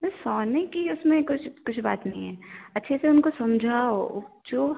नहीं सोने की उसमें कुछ कुछ बात नहीं है अच्छे से उनको समझाओ जो